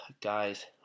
guys